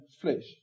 flesh